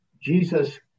Jesus